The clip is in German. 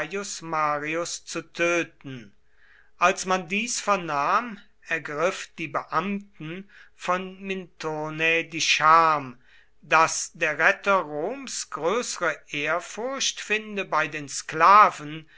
marius zu töten als man dies vernahm ergriff die beamten von minturnae die scham daß der retter roms größere ehrfurcht finde bei den sklaven